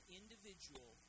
individual